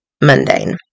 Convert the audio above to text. mundane